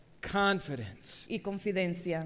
confidence